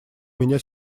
меня